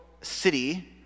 city